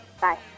Bye